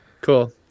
cool